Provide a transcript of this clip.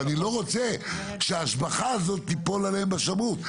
אבל אני לא רוצה שההשבחה הזאת תיפול עליהם בשמאות.